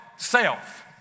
Self